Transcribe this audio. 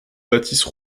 bâtisse